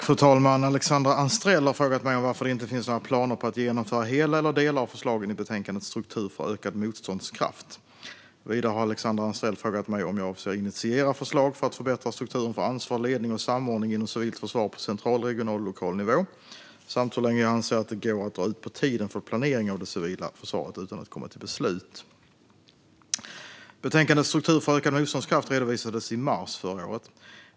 Fru talman! Alexandra Anstrell har frågat mig varför det inte finns några planer på att genomföra hela eller delar av förslagen i betänkandet Struktur för ökad motståndskraft . Vidare har Alexandra Anstrell frågat mig om jag avser att initiera förslag för att förbättra strukturen för ansvar, ledning och samordning inom civilt försvar på central, regional och lokal nivå samt hur länge jag anser att det går att dra ut på tiden för planering av det civila försvaret utan att komma till beslut. Betänkandet Struktur för ökad motståndskraft redovisades i mars förra året.